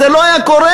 זה לא היה קורה.